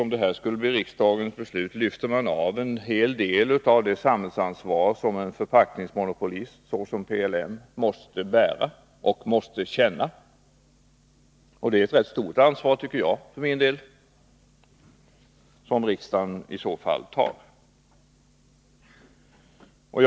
Om detta skulle bli riksdagens beslut lyfter man av en hel del av det samhällsansvar som en förpackningsmonopolist som PLM måste bära och känna. Jag tycker för min del att riksdagen i så fall tar ett rätt stort ansvar.